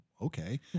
Okay